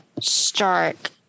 stark